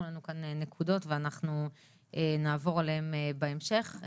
לנו כאן נקודות ואנחנו נעבור עליהן בהמשך.